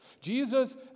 Jesus